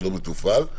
שלא מתופעל,